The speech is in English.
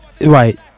right